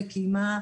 קיימה,